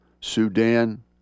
Sudan